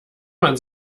man